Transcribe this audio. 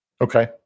Okay